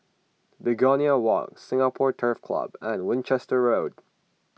Begonia Walk Singapore Turf Club and Winchester Road